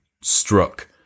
struck